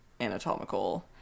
anatomical